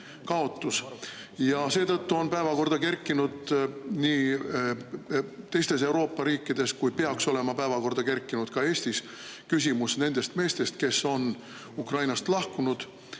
Ja seetõttu on päevakorda kerkinud nii teistes Euroopa riikides, kui peaks olema päevakorda kerkinud ka Eestis, küsimus nendest meestest, kes on Ukrainast lahkunud